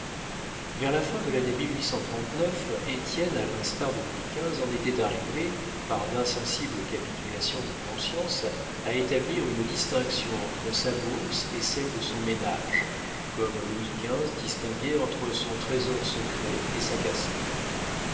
vers la fin de l'année étienne à l'instar de louis xv en était arrivé par d'insensibles capitulations de conscience à établir une distinction entre sa bourse et celle de son ménage comme louis xv distinguait entre son trésor secret et sa cassette